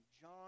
John